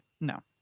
no